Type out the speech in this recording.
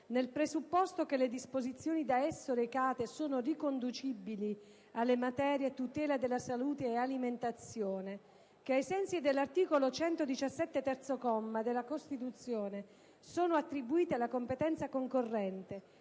nel presupposto che le disposizioni da esso recate sono riconducibili alle materie "tutela della salute" e "alimentazione" che, ai sensi dell'articolo 117, terzo comma, della Costituzione, sono attribuite alla competenza concorrente,